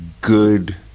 good